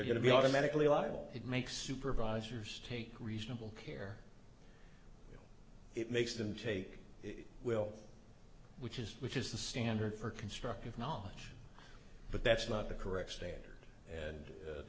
they're going to be automatically liable it makes supervisors take reasonable care it makes them take it will which is which is the standard for constructive knowledge but that's not the correct standard and